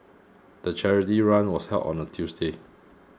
the charity run was held on a Tuesday